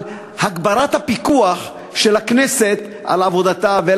על הגברת הפיקוח של הכנסת על עבודת הממשלה,